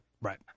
right